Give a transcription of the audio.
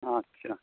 আচ্ছা